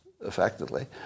effectively